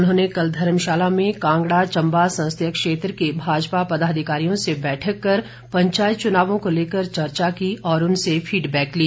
उन्होंने कल धर्मशाला में कांगड़ा चम्बा संसदीय क्षेत्र के भाजपा पदाधिकारियों से बैठक कर पंचायत चुनावों को लेकर चर्चा की और उनसे फीडबैक ली